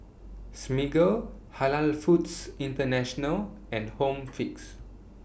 Smiggle Halal Foods International and Home Fix